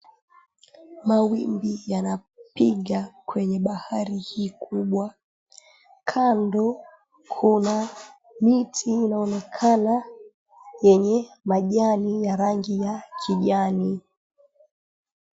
Mawimbi yanapiga kwenye bahari hii kubwa. Kando kuna miti unaonekana yenye majani ya rangi ya kijani.